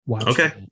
okay